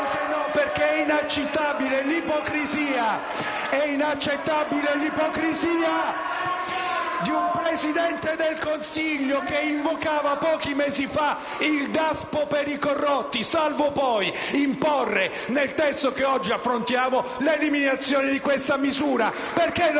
È inaccettabile l'ipocrisia di un Presidente del Consiglio, che invocava pochi mesi fa il DASPO per i corrotti, salvo poi imporre nel testo che oggi affrontiamo l'eliminazione di questa misura. Perché